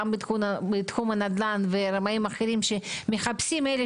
גם בתחום הנדל"ן ורמאים אחרים שמחפשים את אלה